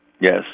Yes